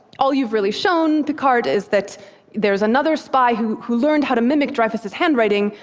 all you've really shown, picquart, is that there's another spy who who learned how to mimic dreyfus's handwriting,